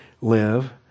live